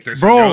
bro